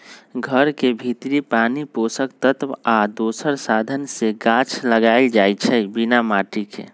घर के भीतर पानी पोषक तत्व आ दोसर साधन से गाछ लगाएल जाइ छइ बिना माटिके